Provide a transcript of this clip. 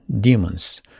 demons